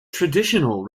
traditional